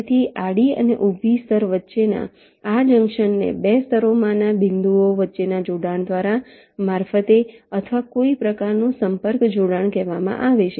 એક આડી અને ઊભી સ્તર વચ્ચેના આ જંકશનને 2 સ્તરોમાંના બિંદુઓ વચ્ચેના જોડાણ દ્વારા મારફતે અથવા કોઈ પ્રકારનું સંપર્ક જોડાણ કહેવામાં આવે છે